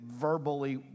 verbally